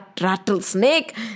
rattlesnake